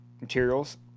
materials